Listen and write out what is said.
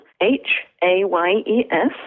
H-A-Y-E-S